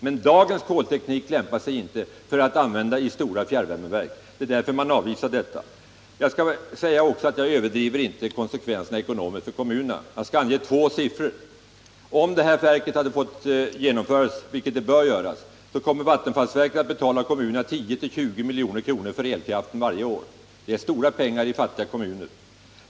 Men dagens kolteknik lämpar sig inte att användas i stora fjärrvärmeverk. Det är bl.a. därför jag avvisar detta förslag från Carl Tham. Jag överdriver inte de ekonomiska konsekvenserna för kommunerna. Jag skall ange två belysande belopp. Om det här verket får genomföras — vilket bör ske - kommer vattenfallsverket att betala kommunerna 10-20 milj.kr. för elkraften varje år. Det är stora pengar för fattiga kommuner.